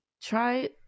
try